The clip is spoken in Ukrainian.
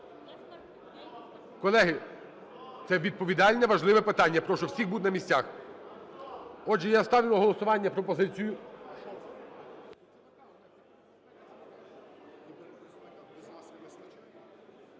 Колеги, це відповідальне, важливе питання, прошу всіх бути на місцях. Отже, я ставлю на голосування пропозицію…